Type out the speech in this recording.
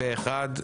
פה אחד.